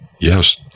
yes